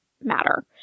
matter